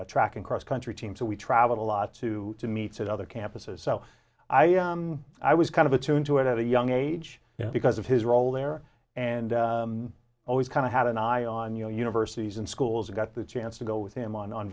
the track and cross country team to we traveled a lot to meet other campuses so i was kind of attuned to it at a young age because of his role there and i always kind of had an eye on you know universities and schools and got the chance to go with him on